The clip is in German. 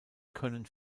können